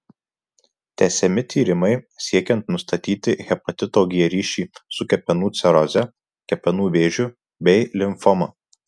tęsiami tyrimai siekiant nustatyti hepatito g ryšį su kepenų ciroze kepenų vėžiu bei limfoma